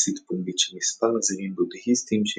טקסית-פומבית של מספר נזירים בודהיסטים,